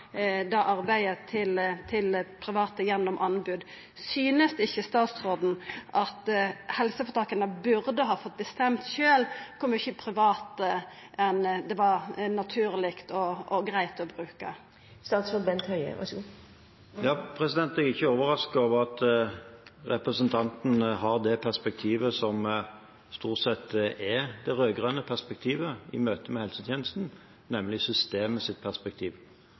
det arbeidet til private gjennom anbod. Synest ikkje statsråden at helseføretaka sjølve burde ha fått bestemme kor mykje privat det er naturleg og greitt å bruka? Jeg er ikke overrasket over at representanten har det perspektivet som stort sett er det rød-grønne perspektivet i møte med helsetjenesten, nemlig systemets perspektiv.